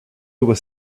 was